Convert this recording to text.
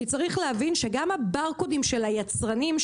כי צריך להבין שגם הברקודים של היצרנים,